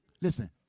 Listen